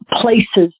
places